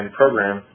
program